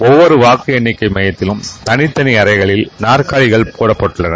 ஒவ்வொரு வாக்கு எண்ணிக்கை மையத்திலும் தவித்தனி அறைகளில் மேலஜகள் போடப்பட்டுள்ளன